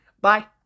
bye